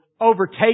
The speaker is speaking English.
overtake